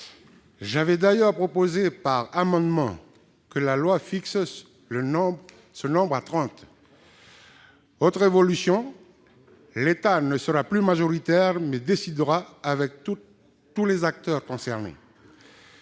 J'avais d'ailleurs proposé par amendement que la loi fixe ce nombre à 30. Autre évolution : l'État ne sera plus majoritaire mais décidera avec tous les acteurs concernés.